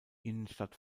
innenstadt